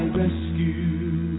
rescue